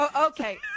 Okay